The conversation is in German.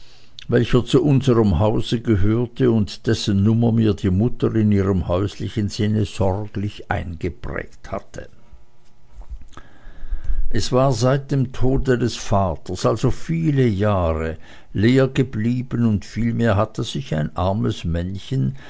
welcher zu unserm hause gehörte und dessen nummer mir die mutter in ihrem häuslichen sinne sorglich eingeprägt hatte er war seit dem tode des vaters also viele jahre leer geblieben oder vielmehr hatte sich ein armes männchen